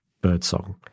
birdsong